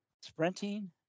sprinting